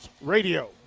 Radio